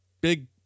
big